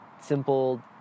simple